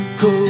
go